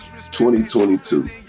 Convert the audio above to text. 2022